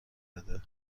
بده